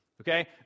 Okay